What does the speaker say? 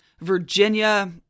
Virginia